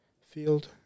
field